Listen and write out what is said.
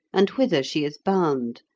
and whither she is bound,